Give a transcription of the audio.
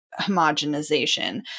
homogenization